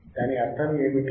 దాని అర్థం ఏమిటి